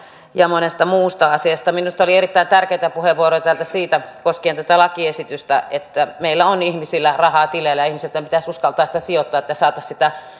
ja monesta muusta asiasta minusta täällä oli erittäin tärkeitä puheenvuoroja koskien tätä lakiesitystä siitä että meillä on ihmisillä rahaa tileillä ja ihmistenhän pitäisi uskaltaa sitä sijoittaa että saataisiin sitä